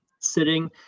sitting